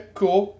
cool